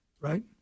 right